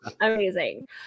Amazing